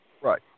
Right